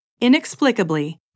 Inexplicably